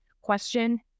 question